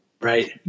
Right